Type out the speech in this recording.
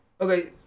Okay